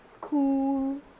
cool